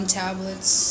tablets